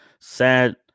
Sad